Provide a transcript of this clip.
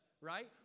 right